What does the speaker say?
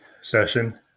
session